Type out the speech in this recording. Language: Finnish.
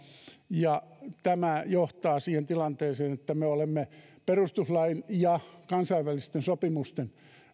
tämä johtaa siihen tilanteeseen että me olemme perustuslain ja kansainvälisten sopimusten